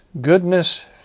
goodness